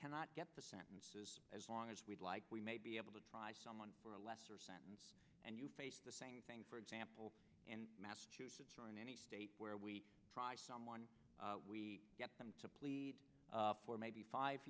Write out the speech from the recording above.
cannot get the sentences as long as we'd like we may be able to try someone for a lesser sentence and you face the same thing for example in massachusetts or in any state where we try someone we get them to plead for maybe five